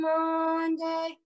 Monday